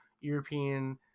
European